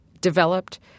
developed